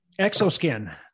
exoskin